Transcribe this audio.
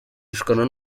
rushanwa